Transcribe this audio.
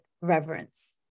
reverence